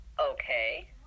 Okay